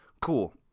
cool